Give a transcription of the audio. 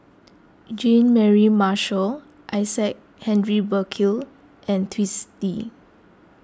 Jean Mary Marshall Isaac Henry Burkill and Twisstii